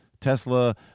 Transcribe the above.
Tesla